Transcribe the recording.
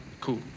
Cool